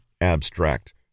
abstract